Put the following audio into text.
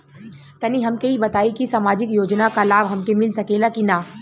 तनि हमके इ बताईं की सामाजिक योजना क लाभ हमके मिल सकेला की ना?